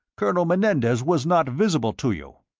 colonel menendez was not visible to you?